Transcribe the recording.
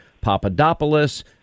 Papadopoulos